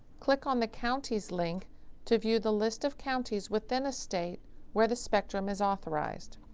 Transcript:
click on the counties link to view the list of counties within a state where the spectrum is authorized.